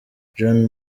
john